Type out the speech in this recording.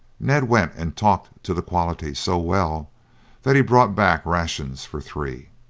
ned went and talked to the quality so well that he brought back rations for three.